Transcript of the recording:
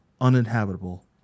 uninhabitable